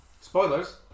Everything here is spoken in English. Spoilers